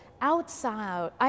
outside